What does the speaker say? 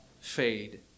fade